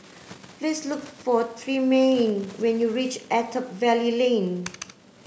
please look for Tremayne when you reach Attap Valley Lane